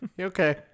Okay